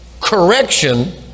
correction